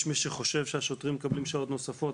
יש מי שחושב שהשוטרים מקבלים שעות נוספות,